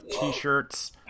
t-shirts